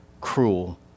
cruel